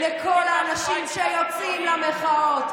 כולל האנשים שיצאו גם עכשיו,